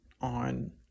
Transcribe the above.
on